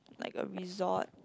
like a resort